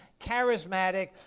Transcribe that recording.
charismatic